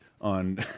on